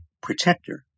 protector